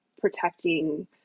protecting